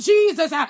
Jesus